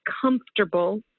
comfortable